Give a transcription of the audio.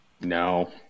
No